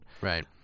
right